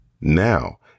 Now